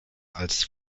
als